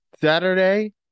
Saturday –